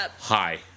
Hi